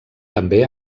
també